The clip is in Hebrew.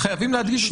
לא, חייבים להדגיש.